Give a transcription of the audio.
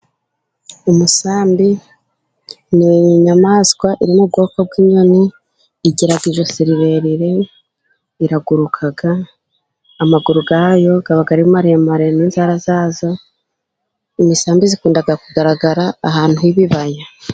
Umusambi ni inyamaswa iri mu bwoko bw'inyoni. Igira ijosi rirerire, iraguruka, amaguru yawo aba ari maremare, n'inzara zawo. Imisambi ikunda kugaragara ahantu h'ibibaya.